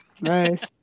Nice